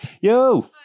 Yo